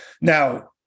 Now